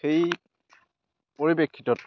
সেই পৰিপ্ৰেক্ষিতত